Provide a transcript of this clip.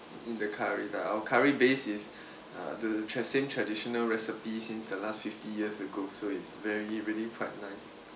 in the curry lah our curry base is uh the tra~ same traditional recipe since the last fifty years ago so it's very really quite nice